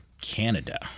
Canada